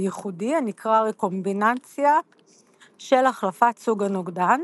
ייחודי הנקרא רקומבינציה של החלפת סוג הנוגדן